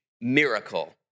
miracle